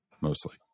mostly